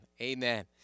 Amen